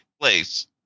place